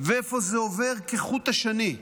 ואיפה זה עובר כחוט השני,